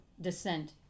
descent